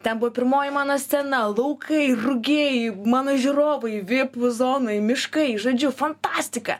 ten buvo pirmoji mano scena laukai rugiai mano žiūrovai vėplų zonoj miškai žodžiu fantastika